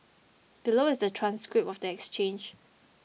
below is the transcript of the exchange